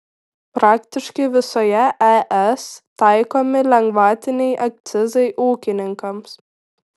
praktiškai visoje es taikomi lengvatiniai akcizai ūkininkams